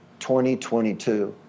2022